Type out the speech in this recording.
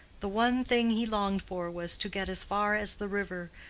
the one thing he longed for was to get as far as the river,